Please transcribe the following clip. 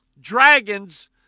dragons